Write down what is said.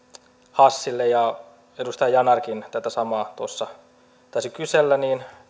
hassille ja edustaja yanarkin tätä samaa tuossa taisi kysellä